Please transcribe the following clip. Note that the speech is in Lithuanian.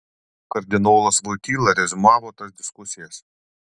kardinolas voityla reziumavo tas diskusijas